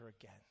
again